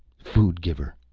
food-giver.